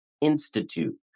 institute